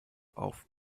auf